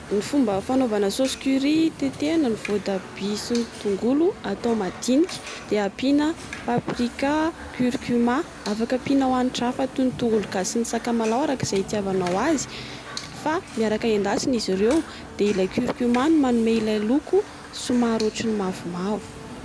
Ny fomba fanaovana sôsy curry: tetehana ny vao tabia sy ny tongolo, atao madinika, de ampiana paprika, curcuma. Afaka ampianao hanitra hafa toy ny tongolo gasy sy ny sakamalao araka izay itiavanao azy. Fa miaraka endasina izy ireo de ilay curcuma no manome ilay loko somary ohatran'ny mavomavo.